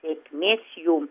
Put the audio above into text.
sėkmės jum